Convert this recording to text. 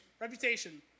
Reputation